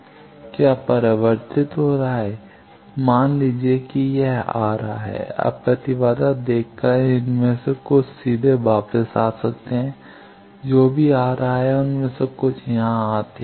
क्या परावर्तित हो रहा है मान लीजिए कि यह आ रहा है अब प्रतिबाधा देखकर इनमें से कुछ सीधे वापस आ सकते हैं जो भी आ रहा है उनमें से कुछ यहाँ आते हैं